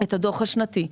את הדוח השנתי.